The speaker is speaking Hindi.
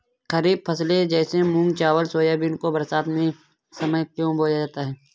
खरीफ फसले जैसे मूंग चावल सोयाबीन को बरसात के समय में क्यो बोया जाता है?